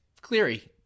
Cleary